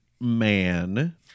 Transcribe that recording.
man